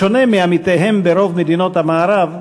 בשונה מעמיתיהם ברוב מדינות המערב,